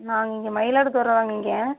நாங்கள் இங்கே மயிலாடுதுறை தாங்க இங்கே